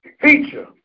feature